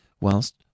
whilst